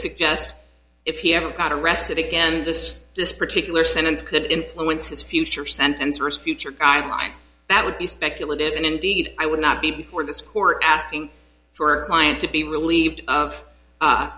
suggest if he ever got arrested again this this particular sentence could influence his future sentence first future guidelines that would be speculative and indeed i would not be before this court asking for a client to be relieved of